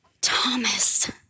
Thomas